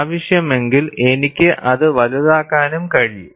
ആവശ്യമെങ്കിൽ എനിക്ക് അത് വലുതാക്കാനും കഴിയും